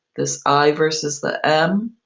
this i versus the m.